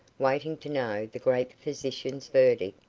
waiting to know the great physician's verdict,